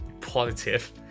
positive